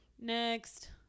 Next